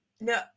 No